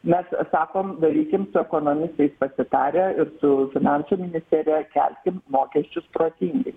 mes sakom darykim su ekonomistais pasitarę ir su finansų ministerija kelkim mokesčius protingai